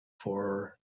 for